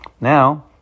Now